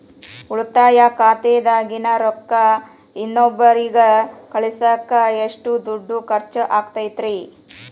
ಉಳಿತಾಯ ಖಾತೆದಾಗಿನ ರೊಕ್ಕ ಇನ್ನೊಬ್ಬರಿಗ ಕಳಸಾಕ್ ಎಷ್ಟ ದುಡ್ಡು ಖರ್ಚ ಆಗ್ತೈತ್ರಿ?